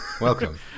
Welcome